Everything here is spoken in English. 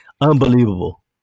Unbelievable